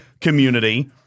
community